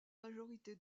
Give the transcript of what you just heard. majorité